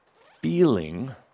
feeling –